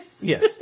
Yes